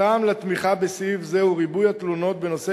הטעם לתמיכה בסעיף זה הוא ריבוי התלונות בנושא